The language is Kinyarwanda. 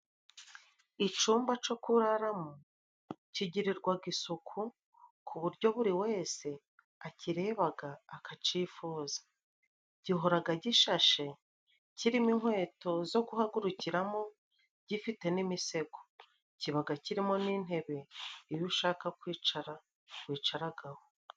Icumba co kuraramo kigirirwaga isuku ku buryo buri wese akirerebaga akacifuza gihoraga gishashe kirimo inkweto zo guhagurukiramo gifite n'imisego kibaga kirimo n'intebe iyo ushaka kwicara wicaragaho.